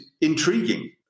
intriguing